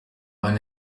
hano